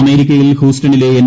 അമേരിക്കയിൽ ഹൂസ്റ്റണിലെ എൻ